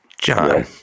John